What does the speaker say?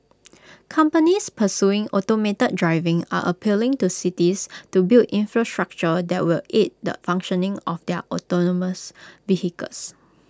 companies pursuing automated driving are appealing to cities to build infrastructure that will aid the functioning of their autonomous vehicles